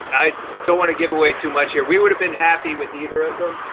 i don't want to give away too much, or we would have been happy with either of them.